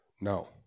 No